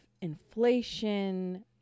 inflation